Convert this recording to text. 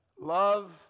Love